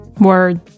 Word